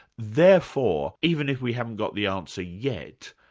therefore, even if we haven't got the answer yet,